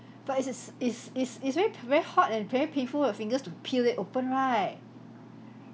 but it's is it's it's it's very p~ very hot and very painful your fingers to peel it open right